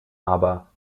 aber